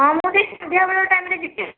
ହଁ ମୁଁ ସେଇ ସନ୍ଧ୍ୟାବେଳ ଟାଇମ ରେ ଯିବି